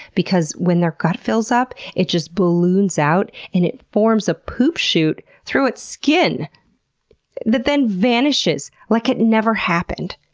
because when their gut fills up, it just balloons out and it forms a poop shoot through its skin that then vanishes like it never happened!